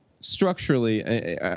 structurally